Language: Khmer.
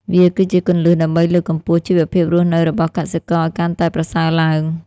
វាគឺជាគន្លឹះដើម្បីលើកកម្ពស់ជីវភាពរស់នៅរបស់កសិករឱ្យកាន់តែប្រសើរឡើង។